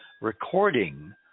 recording